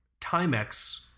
Timex